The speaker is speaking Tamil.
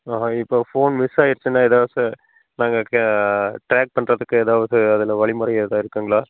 ஆஹாங் இப்போ ஃபோன் மிஸ் ஆயிருச்சுன்னா எதாச்சும் நாங்கள் க ட்ராக் பண்ணுறதுக்கு எதாவது அதில் வழிமுறை எதா இருக்குங்களா